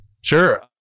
Sure